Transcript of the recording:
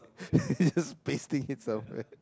just pasting it somewhere